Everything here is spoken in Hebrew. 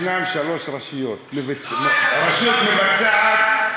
יש שלוש רשויות: רשות מבצעת,